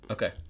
Okay